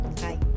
Hi